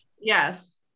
Yes